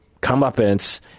comeuppance